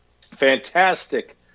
fantastic